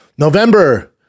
November